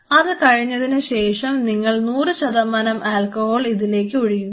അത് കഴിഞ്ഞതിനു ശേഷം നിങ്ങൾ 100 ആൽക്കഹോൾ ഇതിലേക്ക് ഒഴിക്കുക